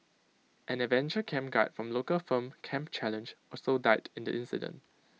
an adventure camp guide from local firm camp challenge also died in the incident